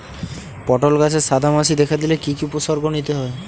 পটল গাছে সাদা মাছি দেখা দিলে কি কি উপসর্গ নিতে হয়?